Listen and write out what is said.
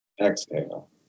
exhale